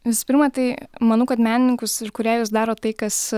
visų pirma tai manau kad menininkus ir kūrėjus daro tai kas